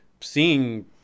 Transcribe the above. seeing